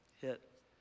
hit